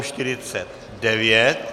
49.